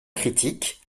critique